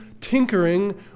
tinkering